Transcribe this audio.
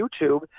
YouTube